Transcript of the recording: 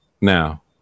now